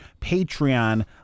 Patreon